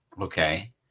Okay